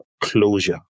closure